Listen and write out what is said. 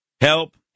help